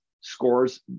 scores